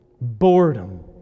boredom